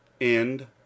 End